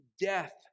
death